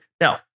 now